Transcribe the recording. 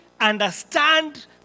understand